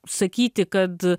sakyti kad